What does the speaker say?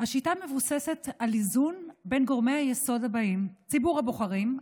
השיטה מבוססת על איזון בין גורמי היסוד הבאים: ציבור הבוחרים,